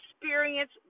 experience